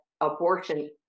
abortion